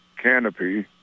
canopy